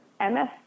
MS